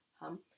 Hum